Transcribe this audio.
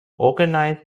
organized